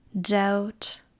doubt